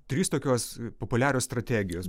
trys tokios populiarios strategijos